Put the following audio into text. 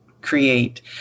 create